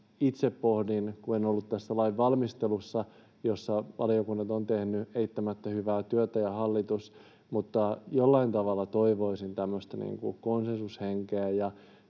itse pohdin, kun en ollut tässä lainvalmistelussa, jossa valiokunnat ja hallitus ovat tehneet eittämättä hyvää työtä, että jollain tavalla toivoisin tämmöistä konsensushenkeä.